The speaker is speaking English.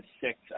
six